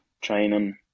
training